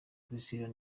priscillah